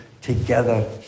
together